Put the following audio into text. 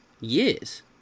years